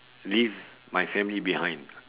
leave my family behind